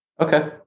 Okay